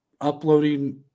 uploading